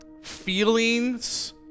feelings